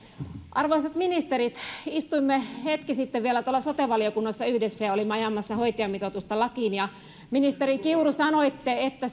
arvoisat ministerit istuimme hetki sitten vielä tuolla sote valiokunnassa yhdessä ja olimme ajamassa hoitajamitoitusta lakiin ministeri kiuru sanoitte että